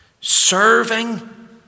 Serving